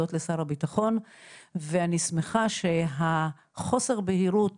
להודות לשר הביטחון ואני שמחה שחוסר הבהירות